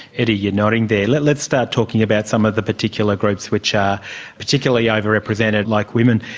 eddie, you're nodding there. let's let's start talking about some of the particular groups which are particularly overrepresented, like women.